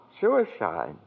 Suicide